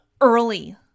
early